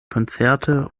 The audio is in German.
konzerte